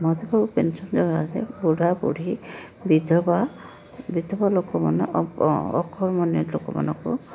Madhubabu pension ଯୋଜନାରେ ବୁଢ଼ା ବୁଢ଼ୀ ବିଧବା ବିଧବା ଲୋକମାନେ ଅକର୍ମଣ୍ୟ ଲୋକମାନଙ୍କୁ